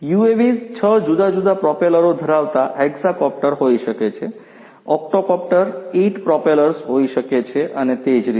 UAVs 6 જુદા જુદા પ્રોપેલરો ધરાવતા હેક્સાકોપ્ટર હોઈ શકે છે ઓક્ટોકોપ્ટર 8 પ્રોપેલર્સ હોઈ શકે છે અને તે જ રીતે